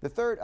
the third